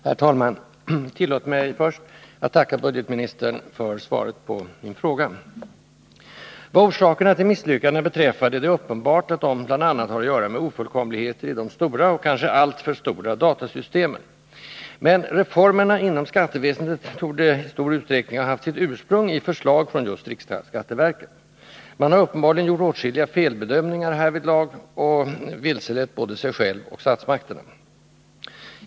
Herr talman! Tillåt mig först att tacka budgetministern för svaret på min fråga. Vad orsakerna till misslyckandena beträffar är det uppenbart att de bl.a. har att göra med ofullkomligheter i de stora — kanske alltför stora — datasystemen. ”Reformerna” inom skatteväsendet torde emellertid i stor utsträckning ha haft sitt ursprung i förslag från just riksskatteverket. Man har uppenbarligen gjort åtskilliga felbedömningar härvidlag och vilselett både sig själv och statsmakterna.